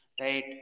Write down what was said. right